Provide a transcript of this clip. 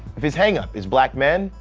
if his hangup is black men,